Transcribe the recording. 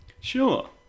Sure